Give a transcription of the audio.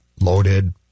loaded